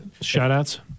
shout-outs